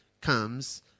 comes